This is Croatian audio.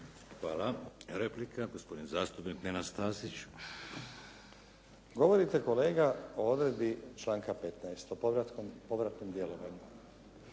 Hvala. Replika, gospodin zastupnik Nenad Stazić. **Stazić, Nenad (SDP)** Govorite kolega o odredbi članka 15. o povratnom djelovanju